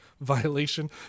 violation